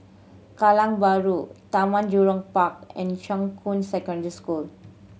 Kallang Bahru Taman Jurong Park and Shuqun Secondary School